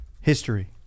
history